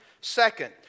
Second